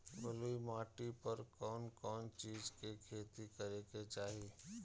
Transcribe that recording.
बलुई माटी पर कउन कउन चिज के खेती करे के चाही?